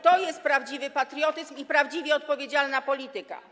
To jest prawdziwy patriotyzm i prawdziwie odpowiedzialna polityka.